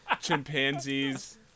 Chimpanzees